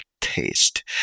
taste